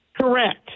Correct